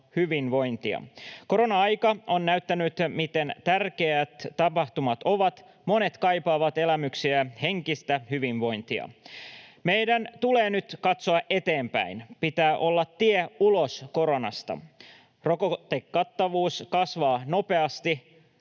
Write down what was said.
hyvinvointia. Korona-aika on näyttänyt, miten tärkeitä tapahtumat ovat. Monet kaipaavat elämyksiä, henkistä hyvinvointia. Meidän tulee nyt katsoa eteenpäin — pitää olla tie ulos koronasta. Rokotekattavuus kasvaa nopeasti.